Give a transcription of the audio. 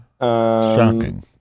Shocking